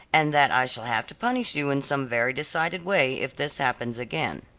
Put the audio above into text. and that i shall have to punish you in some very decided way if this happens again.